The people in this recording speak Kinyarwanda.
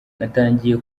natangiye